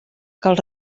cal